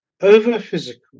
over-physical